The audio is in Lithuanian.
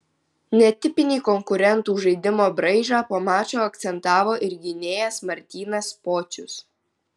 netipinį konkurentų žaidimo braižą po mačo akcentavo ir gynėjas martynas pocius